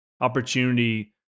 opportunity